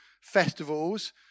festivals